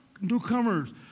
newcomers